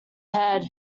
head